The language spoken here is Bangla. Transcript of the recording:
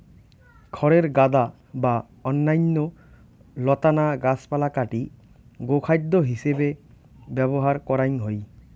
খড়ের গাদা বা অইন্যান্য লতানা গাছপালা কাটি গোখাদ্য হিছেবে ব্যবহার করাং হই